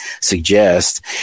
suggest